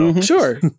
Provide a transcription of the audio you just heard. Sure